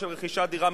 של רכישת דירה,